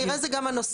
אבל כנראה זה גם הנושא,